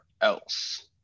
else